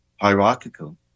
hierarchical